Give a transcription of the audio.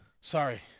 Sorry